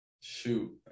Shoot